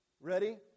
ready